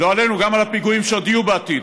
לא עלינו, גם על הפיגועים שעוד יהיו בעתיד